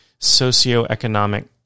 socioeconomic